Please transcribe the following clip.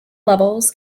levels